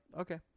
okay